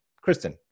Kristen